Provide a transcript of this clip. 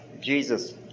Jesus